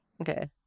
Okay